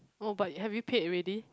oh but have you paid already